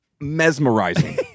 mesmerizing